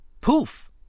Poof